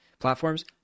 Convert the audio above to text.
platforms